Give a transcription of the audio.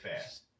fast